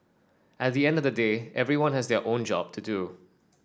at the end of the day everyone has their own job to do